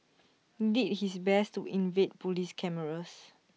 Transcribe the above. did his best to evade Police cameras